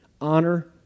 honor